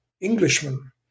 Englishman